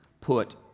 put